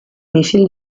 misil